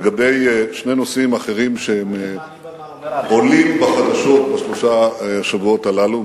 לגבי שני נושאים אחרים שעולים בחדשות בשלושת שבועות הללו,